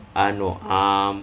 ah no um